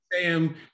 Sam